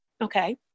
okay